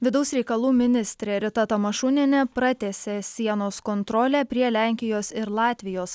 vidaus reikalų ministrė rita tamašunienė pratęsė sienos kontrolę prie lenkijos ir latvijos